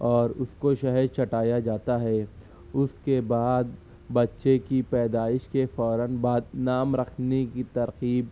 اور اس کو شہد چٹایا جاتا ہے اس کے بعد بچے کی پیدائش کے فوراً بعد نام رکھنے کی ترکیب